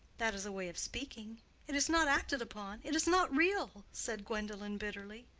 that is a way of speaking it is not acted upon, it is not real, said gwendolen, bitterly.